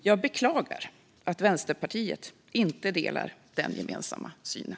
Jag beklagar att Vänsterpartiet inte delar den gemensamma synen.